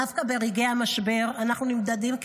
כמדינה, דווקא ברגעי המשבר אנחנו נמדדים.